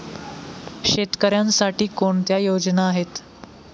शेतकऱ्यांसाठी कोणत्या योजना आहेत?